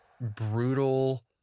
brutal